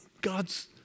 God's